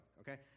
okay